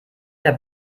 der